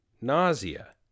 nausea